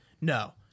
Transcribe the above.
no